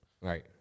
Right